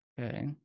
Okay